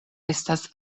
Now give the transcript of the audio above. estas